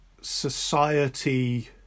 society